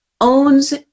owns